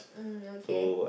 mm okay